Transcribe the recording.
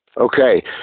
Okay